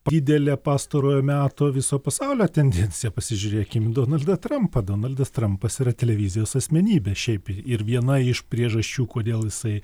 didelė pastarojo meto viso pasaulio tendencija pasižiūrėkim į donaldą trampą donaldas trampas yra televizijos asmenybė šiaip ir viena iš priežasčių kodėl jisai